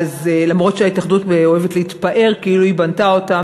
אף שההתאחדות אוהבת להתפאר כאילו היא בנתה אותם.